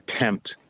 attempt